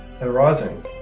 arising